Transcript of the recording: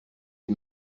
les